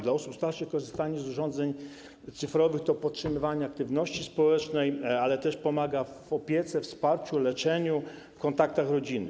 Dla osób starszych korzystanie z urządzeń cyfrowych to podtrzymywanie aktywności społecznej, pomaga im też w opiece, we wsparciu, w leczeniu, w kontaktach rodzinnych.